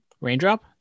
raindrop